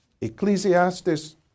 Ecclesiastes